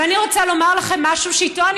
ואני רוצה לומר לכם משהו שאיתו אני